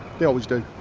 they always do.